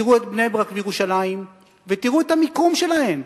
תראו את בני-ברק וירושלים ותראו את המיקום שלהן.